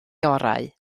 orau